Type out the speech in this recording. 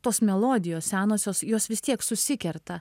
tos melodijos senosios jos vis tiek susikerta